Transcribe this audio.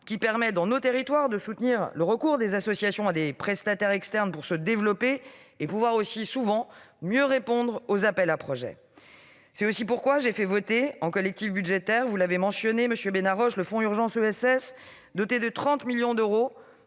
qui permet, dans nos territoires, de soutenir le recours des associations à des prestataires externes pour se développer et mieux répondre aux appels à projets. C'est pourquoi, enfin, j'ai fait voter en collectif budgétaire, et vous l'avez mentionné, monsieur Benarroche, le fonds UrgencESS, doté de 30 millions d'euros,